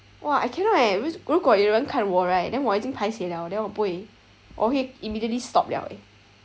!wah! I cannot leh 如果有人看我 right then 我已经 paiseh liao then 我不会我会 immediately stop liao eh